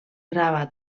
grava